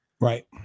Right